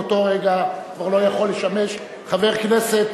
באותו רגע הוא כבר לא יכול לשמש חבר כנסת,